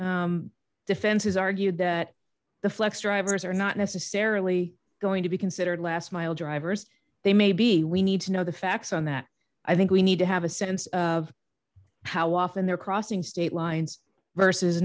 defense has argued that the flex drivers are not necessarily going to be considered last mile drivers they may be we need to know the facts on that i think we need to have a sense of how often they're crossing state lines versus